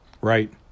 right